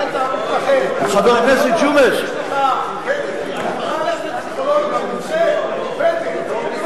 יש לך, פסיכולוג מומחה, פתק.